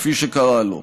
כפי שקרא לו.